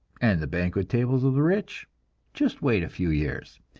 and the banquet tables of the rich just wait a few years,